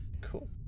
cool